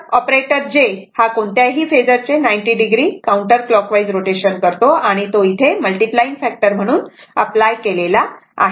तर operator j हा कोणत्याही फेजर चे 90 o काउंटर क्लॉकवाईज रोटेशन करतो जो इथे मल्टिप्लाइंग फॅक्टर म्हणून अपलाय केलेला आहे